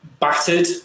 battered